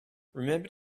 remember